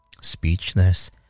speechless